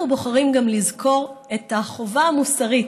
אנחנו בוחרים גם לזכור את החובה המוסרית